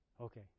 Okay